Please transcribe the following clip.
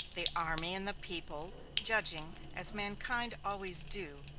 the army and the people, judging, as mankind always do,